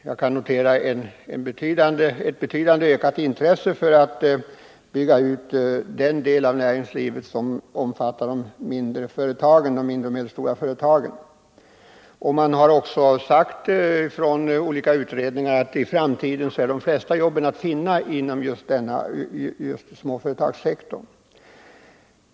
Jag kan notera ett betydligt ökat intresse för att bygga ut den del av näringslivet som omfattar de mindre och medelstora företagen. Olika utredningar har också sagt att i framtiden är de flesta jobben att finna inom småföretagssektorn.